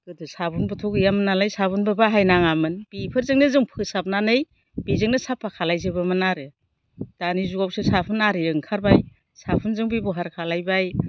गोदो साबुनबोथ' गैयामोन नालाय साबुनबो बाहाय नाङामोन बिफोरजोंनो जों फोसाबनानै बिजों नो साफा खालायजोबोमोन आरो दानि जुगाव साफोन आरि ओंखारबाय साखोन बेब'हार खालायबाय